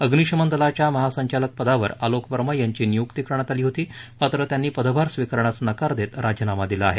अग्निशमन दलाच्या महासंचालक पदावर आलोक वर्मा यांची नियुक्ती करण्यात आली होती मात्र त्यांनी पदभार स्विकारण्यास नकार देत राजीनामा दिला आहे